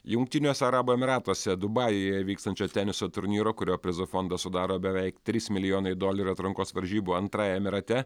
jungtiniuose arabų emyratuose dubajuje vykstančio teniso turnyro kurio prizų fondą sudaro beveik trys milijonai dolerių atrankos varžybų antrajame rate